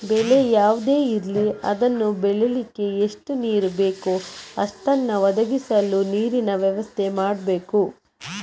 ಬೆಳೆ ಯಾವುದೇ ಇರ್ಲಿ ಅದನ್ನ ಬೆಳೀಲಿಕ್ಕೆ ಎಷ್ಟು ನೀರು ಬೇಕೋ ಅಷ್ಟನ್ನ ಒದಗಿಸಲು ನೀರಿನ ವ್ಯವಸ್ಥೆ ಮಾಡ್ಬೇಕು